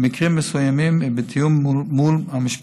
במקרים מסוימים, ובתיאום עם המשפחות,